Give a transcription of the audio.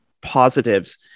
positives